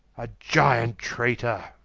a gyant traytor